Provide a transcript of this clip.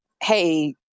hey